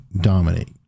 dominate